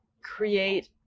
create